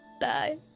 die